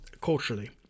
culturally